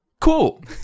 cool